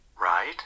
Right